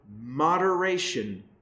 moderation